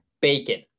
bacon